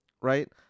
Right